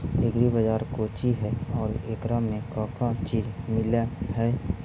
Agri बाजार कोची हई और एकरा में का का चीज मिलै हई?